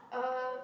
uh